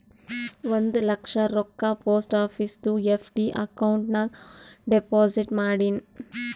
ಒಂದ್ ಲಕ್ಷ ರೊಕ್ಕಾ post ಆಫೀಸ್ದು FD account ನಾಗ್ deposit ಮಾಡಿನ್